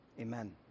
Amen